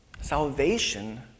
Salvation